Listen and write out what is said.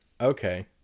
okay